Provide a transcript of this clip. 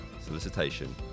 solicitation